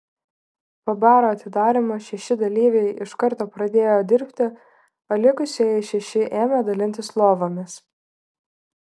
po baro atidarymo šeši dalyviai iš karto pradėjo dirbti o likusieji šeši ėmė dalintis lovomis